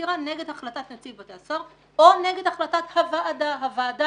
עתירה נגד החלטת נציב בתי הסוהר או נגד החלטת הוועדה כאשר הוועדה,